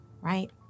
right